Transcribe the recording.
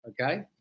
okay